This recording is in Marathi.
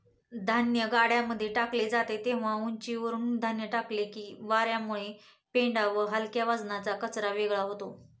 धान्य गाड्यांमध्ये टाकले जाते तेव्हा उंचीवरुन धान्य टाकले की वार्यामुळे पेंढा व हलक्या वजनाचा कचरा वेगळा होतो